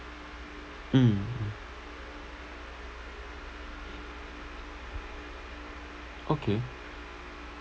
mm mmhmm okay